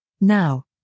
Now